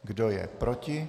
Kdo je proti?